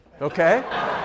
okay